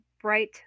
bright